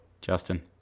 Justin